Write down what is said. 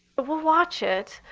but we'll watch it.